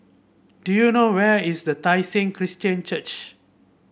do you know where is the Tai Seng Christian Church